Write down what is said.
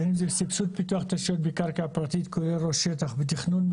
בין אם זה סבסוד פיתוח תשתיות בקרקע פרטית כולל רשויות התכנון,